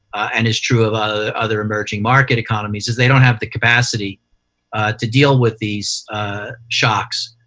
and is true of ah other emerging market economies is they don't have the capacity to deal with these shocks,